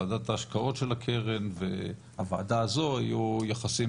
ועדת ההשקעות של הקרן והוועדה הזו יהיו יחסים